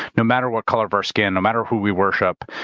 no matter what color of our skin, no matter who we worship,